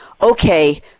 okay